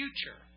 future